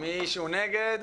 מישהו נגד?